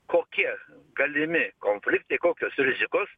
kokie galimi konfliktai kokios rizikos